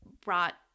brought